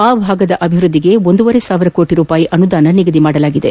ಆ ಭಾಗದ ಅಭಿವೃದ್ದಿಗೆ ಒಂದೂವರೆ ಸಾವಿರ ಕೋಟ ರೂಪಾಯಿ ಅನುದಾನ ನಿಗದಿಪಡಿಸಲಾಗಿದೆ